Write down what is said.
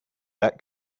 that